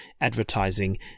advertising